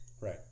Right